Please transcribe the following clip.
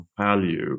value